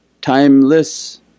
timeless